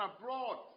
abroad